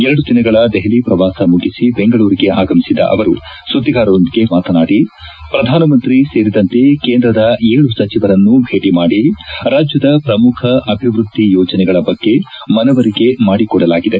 ಎರಡು ದಿನಗಳ ದೆಹಲಿ ಶ್ರವಾಸ ಮುಗಿಸಿ ಬೆಂಗಳೂರಿಗೆ ಆಗಮಿಸಿದ ಅವರು ಸುದ್ದಿಗಾರರೊಂದಿಗೆ ಮಾತನಾಡಿ ಶ್ರಧಾನಮಂತ್ರಿ ಸೇರಿದಂತೆ ಕೇಂದ್ರದ ಏಳು ಸಚಿವರನ್ನು ಭೇಟಮಾಡಿ ರಾಜ್ಯದ ಪ್ರಮುಖ ಅಭಿವೃದ್ದಿ ಯೋಜನಗಳ ಬಗ್ಗೆ ಮನವರಿಕೆ ಮಾಡಿಕೊಡಲಾಗಿದೆ